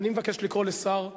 אני מבקש לקרוא שוב לשר התורן.